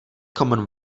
common